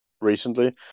recently